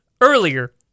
earlier